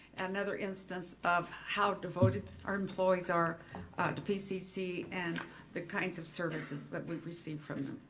another incidence of how devoted our employees are to pcc and the kinds of services that we receive from them.